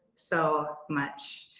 so much.